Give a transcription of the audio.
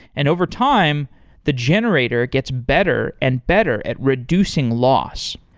and overtime, the generator gets better and better at reducing loss,